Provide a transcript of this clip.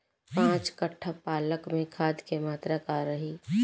पाँच कट्ठा पालक में खाद के मात्रा का रही?